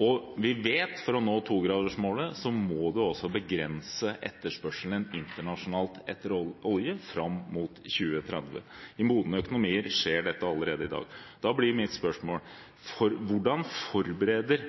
For å nå togradersmålet vet vi at vi også må begrense etterspørselen internasjonalt etter olje fram mot 2030. I modne økonomier skjer dette allerede i dag. Da blir mitt spørsmål: Hvordan forbereder